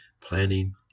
planning